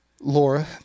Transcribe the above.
Laura